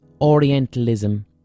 orientalism